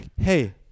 Hey